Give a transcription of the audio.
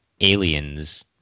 Aliens